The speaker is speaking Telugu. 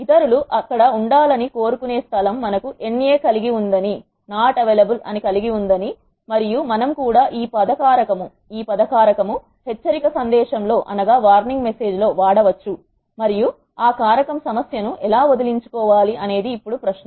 ఇతరులు అక్కడ ఉండాలని కోరుకునే స్థలం మనకు NA కలిగి ఉందని మరియు మనము కూడా ఈ పద కారకం హెచ్చరిక సందేశం లో వాడ వచ్చు మరియు కారకం సమస్య ను ఎలా వదిలించుకోవాలి అనేది ఇప్పుడు ప్రశ్న